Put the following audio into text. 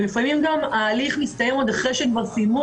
ולפעמים ההליך מסתיים אחרי שהם סיימו